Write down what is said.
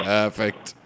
Perfect